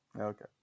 Okay